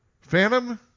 Phantom